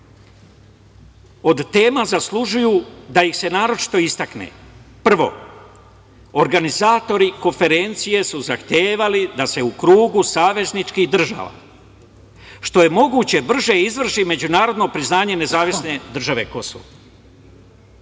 od tema zaslužuju da ih se naročito istakne. Prvo, organizatori konferencije su zahtevali da se u krugu savezničkih država, što je moguće brže izvrši međunarodno priznanje nezavisne države Kosovo.